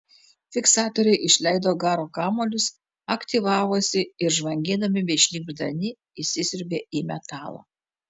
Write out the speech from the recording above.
fiksatoriai išleido garo kamuolius aktyvavosi ir žvangėdami bei šnypšdami įsisiurbė į metalą